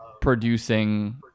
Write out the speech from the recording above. producing